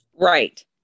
right